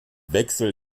wechsel